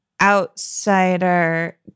outsider